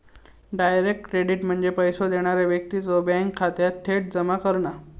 direct credit म्हणजे पैसो देणारा व्यक्तीच्यो बँक खात्यात थेट जमा करणा